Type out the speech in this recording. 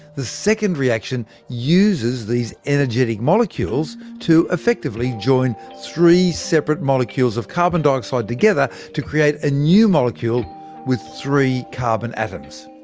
the second reaction uses these energetic molecules to effectively join three separate molecules of carbon dioxide to create a new molecule with three carbon atoms.